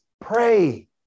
pray